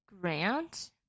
Grant